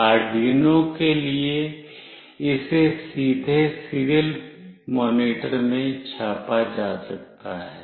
Arduino के लिए इसे सीधे सीरियल मॉनिटर में छापा जा सकता है